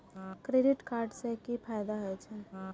Credit card से कि फायदा होय छे?